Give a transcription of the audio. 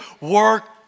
work